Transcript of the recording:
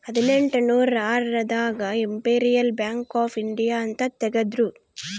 ಹದಿನೆಂಟನೂರ ಆರ್ ದಾಗ ಇಂಪೆರಿಯಲ್ ಬ್ಯಾಂಕ್ ಆಫ್ ಇಂಡಿಯಾ ಅಂತ ತೇಗದ್ರೂ